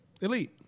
Elite